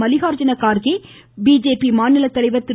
Mallikarjuna Kharge BJP மாநில தலைவர் திரு